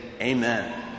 Amen